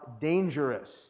dangerous